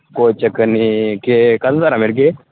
कोई चक्कर नि के